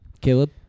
Caleb